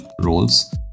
roles